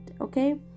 okay